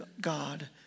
God